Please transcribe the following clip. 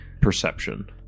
Perception